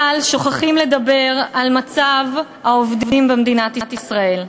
אבל שוכחים לדבר על מצב העובדים במדינת ישראל.